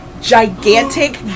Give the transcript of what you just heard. Gigantic